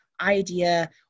idea